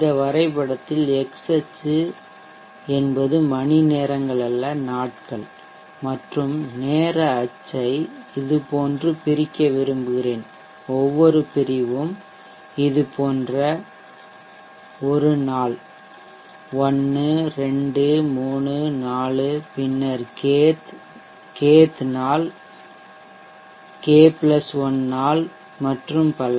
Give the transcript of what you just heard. இந்த வரைபடத்தில் X அச்சு என்பது மணிநேரங்கள் அல்ல நாட்கள் மற்றும் நேர அச்சை இதுபோன்று பிரிக்க விரும்புகிறேன் ஒவ்வொரு பிரிவும் இது போன்ற ஒரு நாள் 1 2 3 4 பின்னர் kth நாள் k 1 நாள் மற்றும் பல